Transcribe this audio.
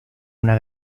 una